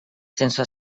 sense